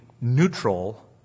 neutral